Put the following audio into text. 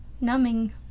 Numbing